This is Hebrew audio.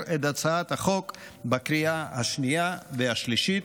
את הצעת החוק בקריאה השנייה והשלישית,